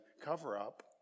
cover-up